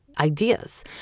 ideas